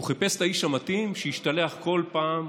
הוא חיפש את האיש המתאים שישתלח באנשים כל פעם,